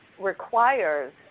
requires